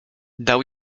dał